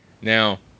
Now